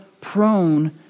prone